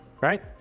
right